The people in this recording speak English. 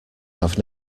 had